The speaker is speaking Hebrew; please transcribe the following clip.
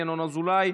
ינון אזולאי,